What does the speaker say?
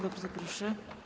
Bardzo proszę.